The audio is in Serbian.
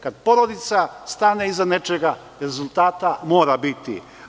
Kad porodica stane iza nečega, rezultata mora biti.